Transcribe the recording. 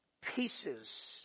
pieces